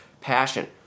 passion